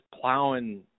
plowing